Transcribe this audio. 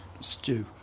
Stew